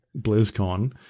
BlizzCon